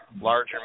larger